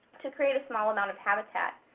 to create a small amount of habitat.